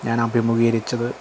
ഞാനഭിമുഖീകരിച്ചത്